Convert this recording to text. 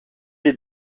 les